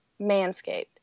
Manscaped